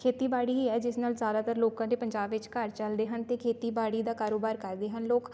ਖੇਤੀਬਾੜੀ ਹੀ ਹੈ ਜਿਸ ਨਾਲ ਜ਼ਿਆਦਾਤਰ ਲੋਕਾਂ ਦੇ ਪੰਜਾਬ ਵਿੱਚ ਘਰ ਚਲਦੇ ਹਨ ਅਤੇ ਖੇਤੀਬਾੜੀ ਦਾ ਕਾਰੋਬਾਰ ਕਰਦੇ ਹਨ ਲੋਕ